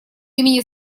имени